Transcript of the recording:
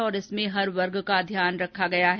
और इसमें हर वर्ग का ध्यान रखा गया है